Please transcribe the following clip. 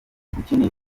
ukeneye